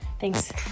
Thanks